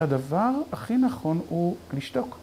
‫הדבר הכי נכון הוא לשתוק.